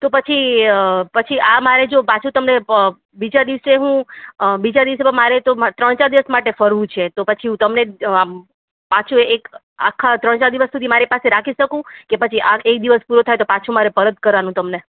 તો પછી તો પછી આ મારે જો પાછું તમને પ બીજા દિવસે હું બીજા દિવસે મારે તો ત્રણ ચાર દિવસ માટે ફરવું છે તો પછી હું તમને આ પાછું એક આખા ત્રણ ચાર દિવસ સુધી મારી પાસે રાખી શકું કે પછી આ એક દિવસ પૂરો થાય એટલે પાછું એટલે પરત કરવાનું તમને